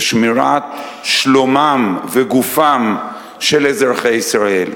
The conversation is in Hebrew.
ושמירת שלומם וגופם של אזרחי ישראל.